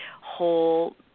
whole